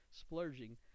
splurging